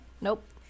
nope